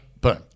Boom